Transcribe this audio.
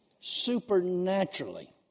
supernaturally